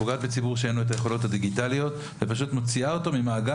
פוגעת בציבור שאין לו את היכולות הדיגיטליות ופשוט מוציאה אותו ממעגל